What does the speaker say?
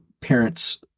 parents